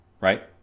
right